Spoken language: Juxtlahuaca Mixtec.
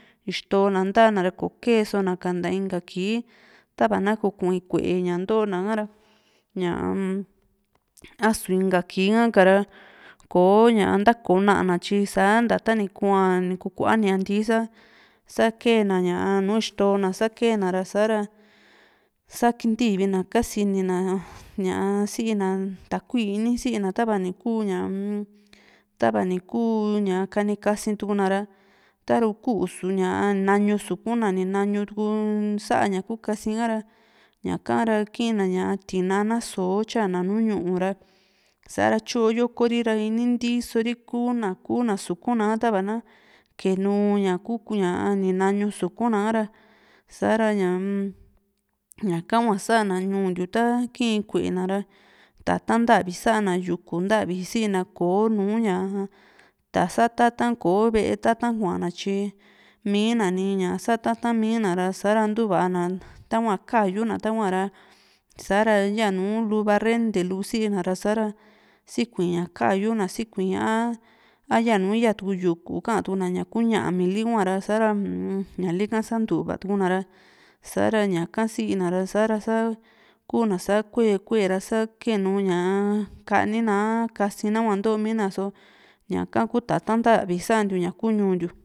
ixto na ntana ra ko ke´e sona´ka nta inka kii tava na ku kui´n kué ña ntona ha´ra ñaam asu inka kii ha´kara kò´o ña ntako na´a na tyi sa´nta ta nikua ni kuu kua niantíí sa sa ke´e na ña nu ixtoo na sa ke´e na ra sa´ra sa ntivina kasinina ña si´na takui ini si´i na tav no kuu ñaa-m tava ni ku ña kani kasiituna ra taru ku´su nañu sukuna ni nañutuu sa´a ña ku kasika ra ñaka ra kiina ña tinana so´o tyana nùù ñu´u ra sa´ra tyo yokori ra ini ntiiso ri kuna kuna suku´n na tava na keenu ñaku ña ni nañu sukuna a´ra sa´ra ñaa ña´ka hua sa´na ñu´u ntiu ta ki´in ku´e nara tata´n ntavi sa´na yuku ntavi si´i na kò´o nu ta sata´tan ko kò´o ve´e ta´tan kuana tyi miina ni ña sa ta´tan miina ra sa´ra ntuva na tahua ka´yuna tahua ra sa´ra yanu lu varrente lu siina ra sa´ra sikui ña kayu na sii kui´a á a yanu yaa tuyuku ka´an tu´na ñami li huara sa´ra u´un ñalika sa´ntuva tu´na ra sa´ra ñaka si´na ra sa kuna sa kue kue ra sa kenu ka´ni na a kasina nahua nto´mina so ña´ka ku tata´n ntavi santiu ña ku ñuu ntiu.